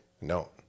No